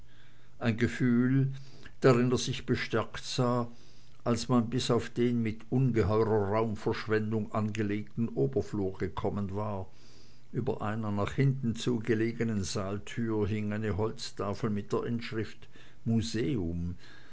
ein gefühl drin er sich bestärkt sah als man bis auf den mit ungeheurer raumverschwendung angelegten oberflur gekommen war über einer nach hinten zu gelegenen saaltür hing eine holztafel mit der inschrift museum